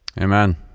amen